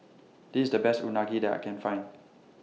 This IS The Best Unagi that I Can Find